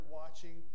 watching